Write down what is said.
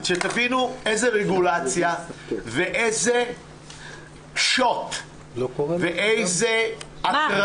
כדי שתבינו איזה רגולציה ואיזה שוט ואיזה --- מה?